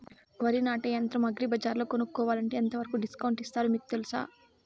వరి నాటే యంత్రం అగ్రి బజార్లో కొనుక్కోవాలంటే ఎంతవరకు డిస్కౌంట్ ఇస్తారు మీకు తెలుసా?